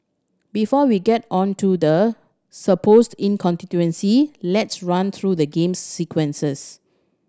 before we get on to the supposed inconsistency let's run through the game's sequences